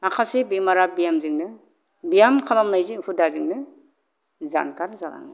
माखासे बेमारा ब्यामजोंनो ब्याम खालामनायजों हुदाजोंनो जानगार जालाङो